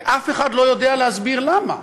ואף אחד לא יודע להסביר למה.